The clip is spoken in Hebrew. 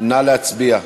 נא להצביע.